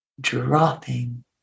dropping